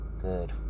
good